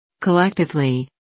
Collectively